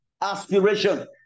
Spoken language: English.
aspiration